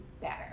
better